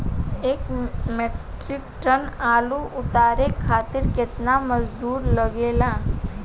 एक metric ton आलू उतारे खातिर केतना मजदूरी लागेला?